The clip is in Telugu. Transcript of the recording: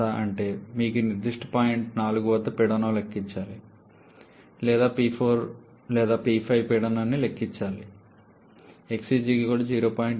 అంటే మీకు ఈ నిర్దిష్ట పాయింట్ 4 వద్ద పీడనం ని లెక్కించాలి లేదా మీకు P4 లేదా P5 పీడనం ని లెక్కించాలి